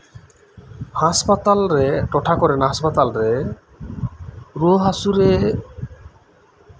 ᱦᱟᱥᱯᱟᱛᱟᱞ ᱨᱮ ᱴᱚᱴᱷᱟ ᱠᱚᱨᱮᱱ ᱦᱟᱥᱯᱟᱛᱟᱞ ᱨᱮ ᱨᱩᱣᱟᱹ ᱦᱟᱹᱥᱳ ᱨᱮ